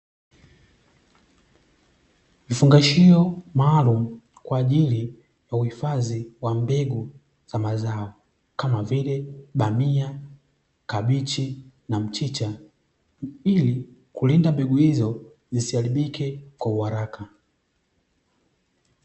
Vifungashio maalumu kwa ajili ya uhifadhi wa mbegu za mazao kama vile bamia, kabichi, na mchicha ili kulinda mbegu hizo zisiharibike kwa uharaka.